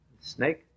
snake